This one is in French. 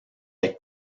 est